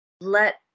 let